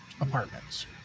apartments